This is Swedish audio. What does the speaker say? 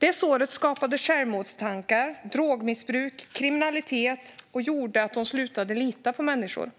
Det såret skapade självmordstankar, ledde till drogmissbruk och kriminalitet och gjorde att hon slutade att lita på människor.